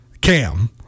cam